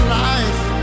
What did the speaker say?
life